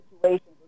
situations